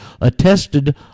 attested